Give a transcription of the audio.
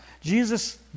Jesus